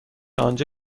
آنجا